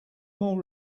more